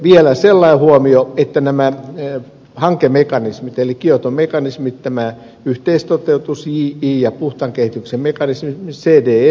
vielä sellainen huomio näistä hankemekanismeista eli kioton mekanismeista yhteistoteutus ji ja puhtaan kehityksen mekanismi tekee